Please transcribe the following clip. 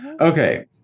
Okay